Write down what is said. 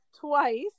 twice